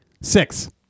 Six